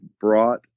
brought